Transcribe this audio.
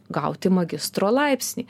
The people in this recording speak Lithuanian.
gauti magistro laipsnį